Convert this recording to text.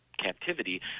captivity